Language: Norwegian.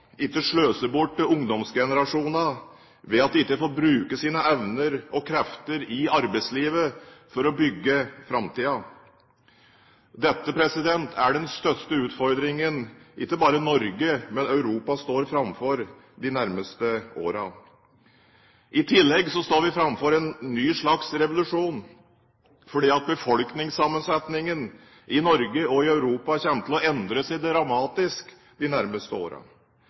ikke sløser bort ungdomsgenerasjonene ved at de ikke får bruke sine evner og krefter i arbeidslivet for å bygge framtida. Dette er den største utfordringen ikke bare Norge, men Europa, står framfor de nærmeste åra. I tillegg står vi framfor en ny slags revolusjon fordi befolkningssammensetningen i Norge og i Europa kommer til å endre seg dramatisk de nærmeste åra.